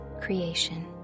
creation